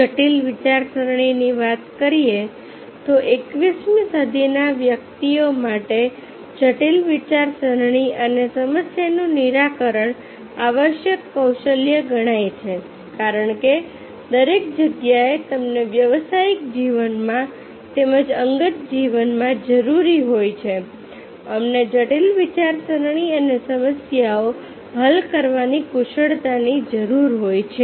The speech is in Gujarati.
જટિલ વિચારસરણીની વાત કરીએ તો 21મી સદીના વ્યક્તિઓ માટે જટિલ વિચારસરણી અને સમસ્યાનું નિરાકરણ આવશ્યક કૌશલ્ય ગણાય છે કારણ કે દરેક જગ્યાએ તમને વ્યાવસાયિક જીવનમાં તેમજ અંગત જીવનમાં જરૂરી હોય છે અમને જટિલ વિચારસરણી અને સમસ્યાઓ હલ કરવાની કુશળતાની જરૂર હોય છે